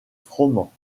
froment